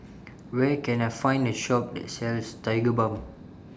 Where Can I Find A Shop that sells Tigerbalm